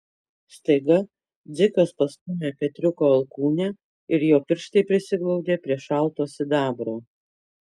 staiga dzikas pastūmė petriuko alkūnę ir jo pirštai prisiglaudė prie šalto sidabro